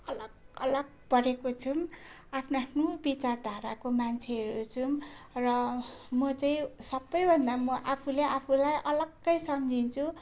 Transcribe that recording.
अलग अलग परेको छौँ आफ्नो आफ्नो विचारधाराको मान्छेहरू छौँ र म चाहिँ सबैभन्दा म आफूले आफूलाई अलग्गै सम्झिन्छु